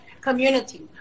community